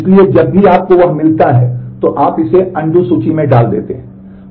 इसलिए जब भी आपको वह मिलता है तो आप इसे अनडू सूची में डाल देते हैं